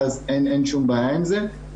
ואז אין שום בעיה עם זה.